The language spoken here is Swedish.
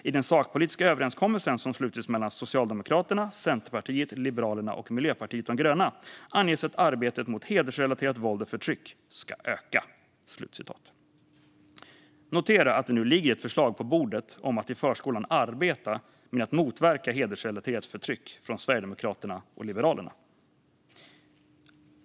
I den sakpolitiska överenskommelse som slutits mellan Socialdemokraterna, Centerpartiet, Liberalerna och Miljöpartiet de gröna, anges att arbetet mot hedersrelaterat våld och förtryck ska öka." Notera att det nu ligger ett förslag på bordet från Sverigedemokraterna och Liberalerna om att i förskolan arbeta med att motverka hedersrelaterat förtryck.